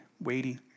weighty